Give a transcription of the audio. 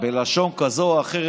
בלשון כזו או אחרת.